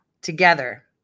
together